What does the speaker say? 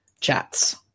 chats